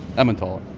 emmental,